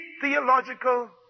theological